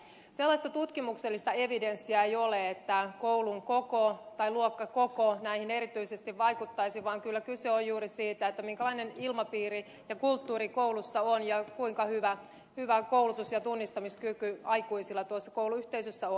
sellaista tutkimuksellista evidenssiä ei ole että koulun koko tai luokkakoko näihin erityisesti vaikuttaisivat vaan kyllä kyse on juuri siitä minkälainen ilmapiiri ja kulttuuri koulussa on ja kuinka hyvä koulutus ja tunnistamiskyky aikuisilla tuossa kouluyhteisössä on